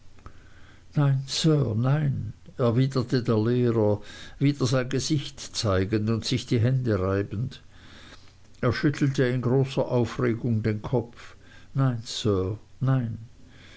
nein sir nein erwiderte der lehrer wieder sein gesicht zeigend und sich die hände reibend er schüttelte in großer aufregung den kopf nein sir nein